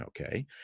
okay